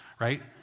right